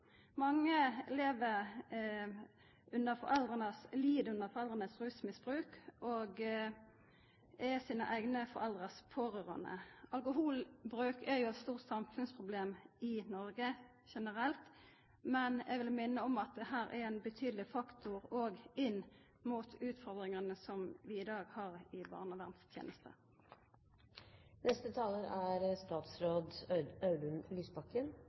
Mange lider under foreldrenes rusmisbruk og er sine egne foreldres pårørende. Alkoholbruk er jo et stort samfunnsproblem i Norge generelt, men jeg vil minne om at her er det en betydelig faktor også inn mot utfordringene som vi i dag har i barnevernstjenesten. Høyre og Fremskrittspartiet er